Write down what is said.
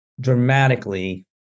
dramatically